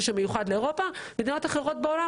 שמיוחד לאירופה ומדינות אחרות בעולם,